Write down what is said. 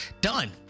done